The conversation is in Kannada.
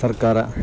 ಸರ್ಕಾರ